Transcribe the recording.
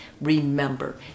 Remember